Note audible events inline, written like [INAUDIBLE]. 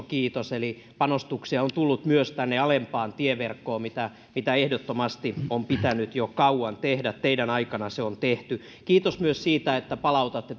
[UNINTELLIGIBLE] kiitos panostuksia on tullut myös tänne alempaan tieverkkoon mitä mitä ehdottomasti on pitänyt jo kauan tehdä teidän aikananne ne on tehty kiitos myös siitä että palautatte [UNINTELLIGIBLE]